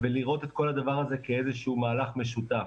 ולראות את כל הדבר הזה כאיזה שהוא מהלך משותף.